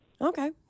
Okay